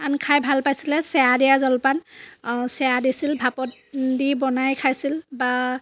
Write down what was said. খাই ভাল পাইছিলে চেয়া দিয়া জলপান চেয়া দিছিল ভাপত দি বনাই খাইছিল বা